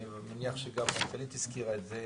אני מניח שגם המנכ"לית הזכירה את זה,